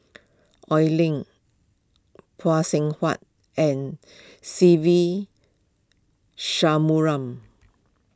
Oi Lin Phay Seng Whatt and Se Ve